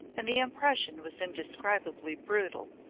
and the impression was indescribably brutal.